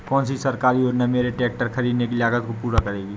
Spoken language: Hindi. कौन सी सरकारी योजना मेरे ट्रैक्टर ख़रीदने की लागत को पूरा करेगी?